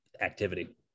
activity